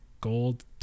gold